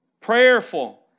prayerful